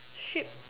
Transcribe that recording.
ship